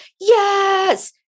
yes